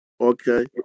Okay